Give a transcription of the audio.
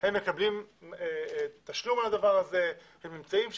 הם מקבלים תשלום על זה ונמצאים שם,